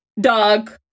dog